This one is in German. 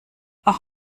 auch